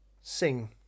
sing